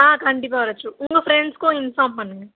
ஆ கண்டிப்பாக யாராச்சும் உங்கள் ஃப்ரெண்ட்ஸ்க்கும் இன்ஃபார்ம் பண்ணுங்கள்